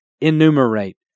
enumerate